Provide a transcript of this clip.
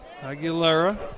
Aguilera